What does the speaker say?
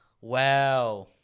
Wow